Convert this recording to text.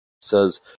says